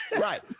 Right